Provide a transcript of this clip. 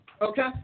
Okay